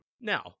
Now